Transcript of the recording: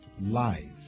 life